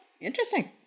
Interesting